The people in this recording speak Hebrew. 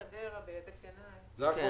נכון.